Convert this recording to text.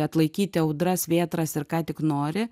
atlaikyti audras vėtras ir ką tik nori